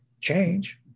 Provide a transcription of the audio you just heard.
change